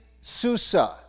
Susa